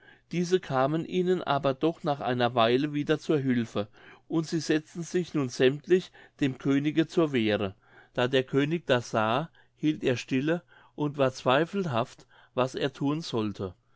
diese kamen ihnen aber doch nach einer weile wieder zur hülfe und sie setzten sich nun sämmtlich dem könige zur wehre da der könig das sah hielt er stille und war zweifelhaft was er thun sollte